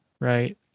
right